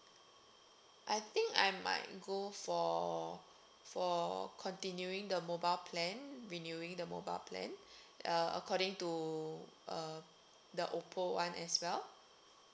I think I might go for for continuing the mobile plan renewing the mobile plan uh according to uh the oppo one as well